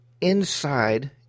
inside